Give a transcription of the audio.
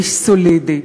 באיש סולידי,